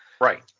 right